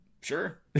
Sure